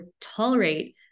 tolerate